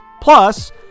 Plus